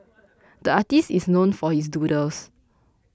the artist is known for his doodles